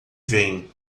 vem